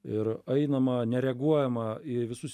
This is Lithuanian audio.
ir einama nereaguojama į visus